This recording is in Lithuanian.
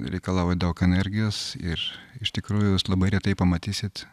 reikalauja daug energijos ir iš tikrųjų jūs labai retai pamatysit